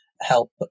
help